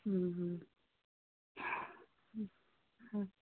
হয়